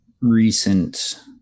recent